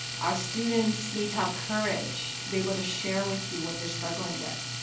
our students need to have courage to be able to share with you what they're struggling with.